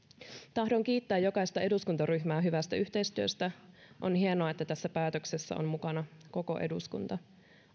tahdon kiittää jokaista eduskuntaryhmää hyvästä yhteistyöstä on hienoa että tässä päätöksessä on mukana koko eduskunta